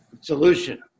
solution